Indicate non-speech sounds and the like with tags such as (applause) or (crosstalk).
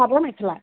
(unintelligible)